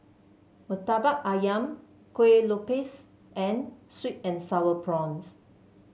Murtabak ayam Kueh Lopes and sweet and sour prawns